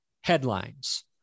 headlines